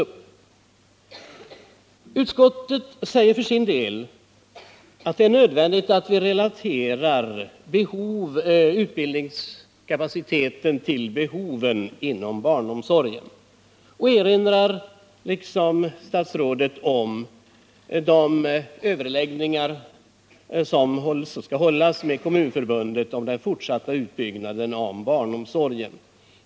Utskottet säger för sin del att det är nödvändigt att relatera utbildningskapaciteten till behoven inom barnomsorgen och erinrar liksom statsrådet om de överläggningar som skall hållas med Kommunförbundet om den fortsatta utbyggnaden av barnomsorgen.